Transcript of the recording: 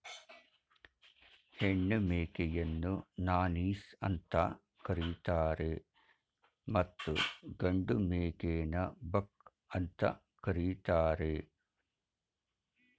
ಹೆಣ್ಣು ಮೇಕೆಯನ್ನು ನಾನೀಸ್ ಅಂತ ಕರಿತರೆ ಮತ್ತು ಗಂಡು ಮೇಕೆನ ಬಕ್ ಅಂತ ಕರಿತಾರೆ